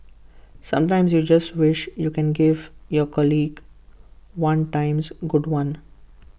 sometimes you just wish you can give your colleague one times good one